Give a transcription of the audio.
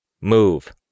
Move